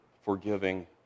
forgiving